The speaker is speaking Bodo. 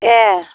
एह